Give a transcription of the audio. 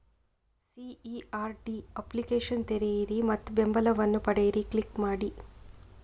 CERD application ತೆರೆಯಿರಿ ಮತ್ತು ಬೆಂಬಲವನ್ನು ಪಡೆಯಿರಿ ಕ್ಲಿಕ್ ಮಾಡಿ